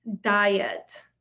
diet